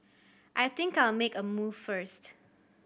I think I'll make a move first